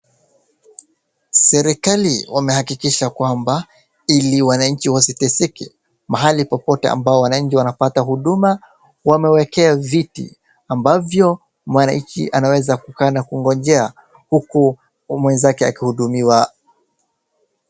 Serikali wamehakikisha kwamba ili wananchi wasiteseke mahali popote ambao wananchi wanapata huduma wamewekea viti ambavyo mwananchi anaweza kukaa na kugonjea uku mwenzake akihudumiwa.